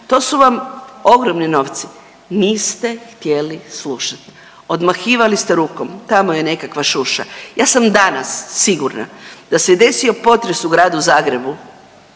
to su vam ogromni novci. Niste htjeli slušati, odmahivali ste rukom, tamo je nekakva šuša. Ja sam danas sigurna da se desio potres u Gradu Zagrebu,